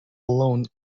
alone